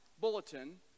bulletin